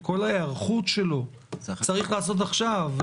את כל ההיערכות שלו צריך לעשות עכשיו.